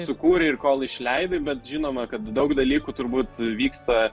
sukūri ir kol išleidai bet žinoma kad daug dalykų turbūt vyksta